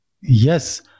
Yes